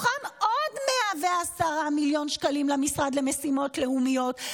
ומתוכם עוד 110 מיליון שקלים למשרד למשימות לאומיות,